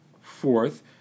Fourth